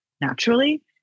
naturally